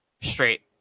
Straight